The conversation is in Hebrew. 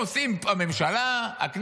הממשלה, הכנסת,